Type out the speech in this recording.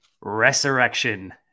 resurrection